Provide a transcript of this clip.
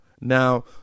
Now